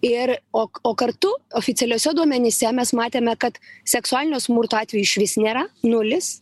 ir o o kartu oficialiuose duomenyse mes matėme kad seksualinio smurto atvejų išvis nėra nulis